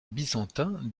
byzantin